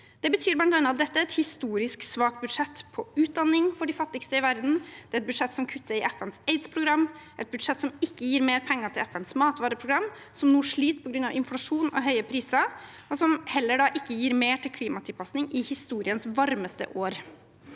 betyr bl.a. at dette er et historisk svakt budsjett på utdanning for de fattigste i verden, det er et budsjett som kutter i FNs aidsprogram, et budsjett som ikke gir mer penger til Verdens matvareprogram, som nå sliter på grunn av inflasjon og høye priser, og et budsjett som heller ikke gir mer penger til klimatilpasning i historiens varmeste år.